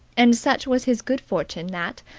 and such was his good fortune that,